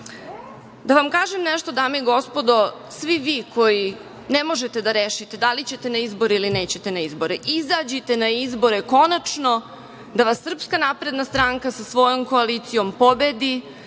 vam kažem nešto, dame i gospodo, svi vi koji ne možete da rešite da li ćete na izbore ili nećete na izbore, izađite na izbore konačno da vas SNS sa svojom koalicijom pobedi,